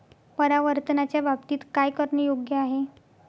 परावर्तनाच्या बाबतीत काय करणे योग्य आहे